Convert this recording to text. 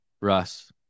Russ